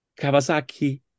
Kawasaki